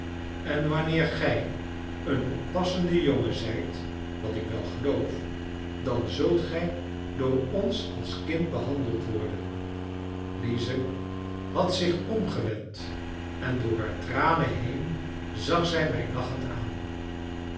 en wanneer gij een oppassende jongen zijt wat ik wel geloof dan zult gij door ons als kind behandeld worden lize had zich omgewend en door haar tranen heen zag zij mij lachend aan